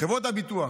חברות הביטוח.